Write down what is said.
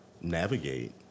navigate